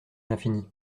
l’infini